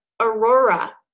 aurora